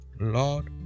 Lord